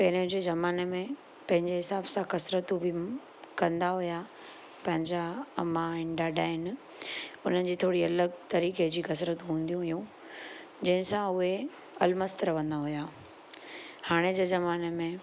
पहिरें जे ज़माने में पंहिंजे हिसाब सां कसरतूं बि कंदा हुया पंहिंजा अम्मा आहिनि ॾाॾा आहिनि उन्हनि जी थोरी अलॻि तरीक़े जी कसरत हूंदियूं हुयूं जंहिंसां उहे अलमस्त रहंदा हुया हाणे जे ज़माने में